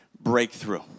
breakthrough